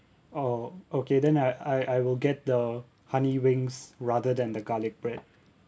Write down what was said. orh okay then I I I will get the honey wings rather than the garlic bread